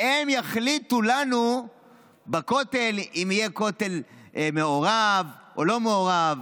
והם יחליטו לנו בכותל אם יהיה כותל מעורב או לא מעורב,